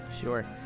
sure